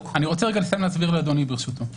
-- אני רוצה לסיים להסביר לאדוני ברשותו.